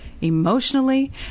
emotionally